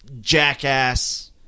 jackass